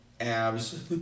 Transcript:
abs